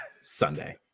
Sunday